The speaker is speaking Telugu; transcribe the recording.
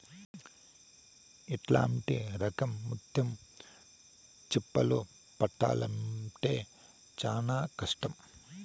ఇట్లాంటి రకం ముత్యం చిప్పలు పట్టాల్లంటే చానా కష్టం